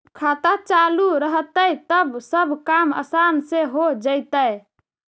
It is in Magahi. खाता चालु रहतैय तब सब काम आसान से हो जैतैय?